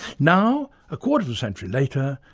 now, a quarter of a century later,